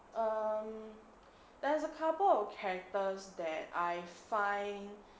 um there's a couple of characters that I find